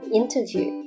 interview